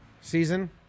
Season